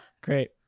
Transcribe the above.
Great